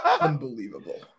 Unbelievable